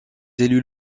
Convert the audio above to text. élus